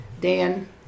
Dan